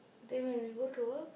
then when we go to work